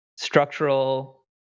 structural